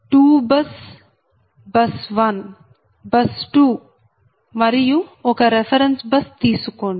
2 bus bus 1 bus 2 మరియు ఒక reference bus తీసుకోండి